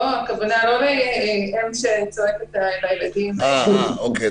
הכוונה לא לאם שצועקת על הילדים שלה.